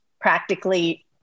practically